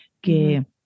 que